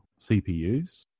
CPUs